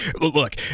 look